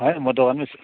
है म दोकानमै छु